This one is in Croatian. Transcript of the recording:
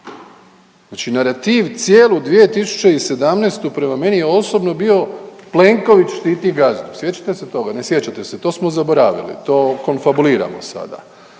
Znači narativ cijelu 2017. prema meni je osobno bio Plenković štiti gazdu. Sjećate se toga? Ne sjećate se. To smo zaboravili. To konfabuliramo sada.